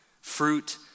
Fruit